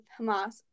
Hamas